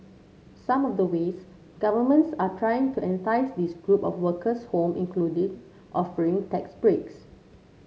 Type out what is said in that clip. some of the ways governments are trying to entice this group of workers home include offering tax breaks